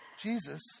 Jesus